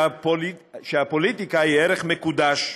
שהפוליטיקה היא ערך מקודש,